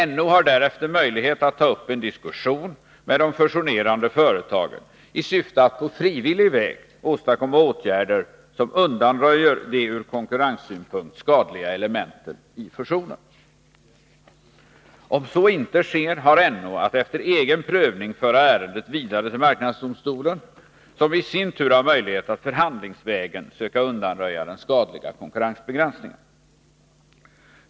NO har därefter möjlighet att ta upp en diskussion med de fusionerande företagen i syfte att på frivillig väg åstadkomma åtgärder som undanröjer de ur konkurrenssynpunkt skadliga elementen i fusionen. Om så inte sker, har NO att efter egen prövning föra ärendet vidare till marknadsdomstolen, som i sin tur har möjlighet att förhandlingsvägen söka undanröja den skadliga konkurrensbegränsningen.